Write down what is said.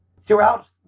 Throughout